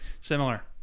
similar